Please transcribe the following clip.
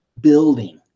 building